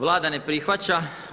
Vlada ne prihvaća.